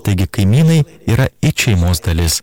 taigi kaimynai yra it šeimos dalis